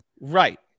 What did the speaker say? Right